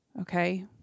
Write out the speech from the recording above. Okay